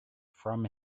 from